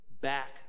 back